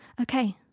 Okay